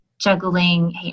juggling